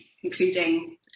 including